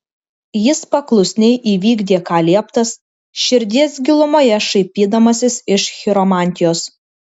jis paklusniai įvykdė ką lieptas širdies gilumoje šaipydamasis iš chiromantijos